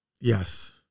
Yes